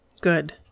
Good